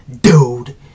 Dude